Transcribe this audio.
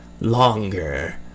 longer